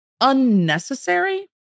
unnecessary